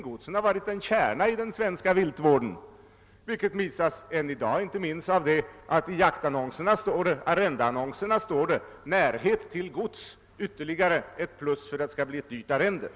Godsen har varit en kärna i den svenska viltvården, vilket visas ännu i dag inte minst av att det i annonserna om jaktarrendet ofta anges närhet till gods såsom ytterligare ett plus, för att arrendet skall bli dyrt.